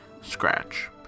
scratch